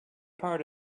part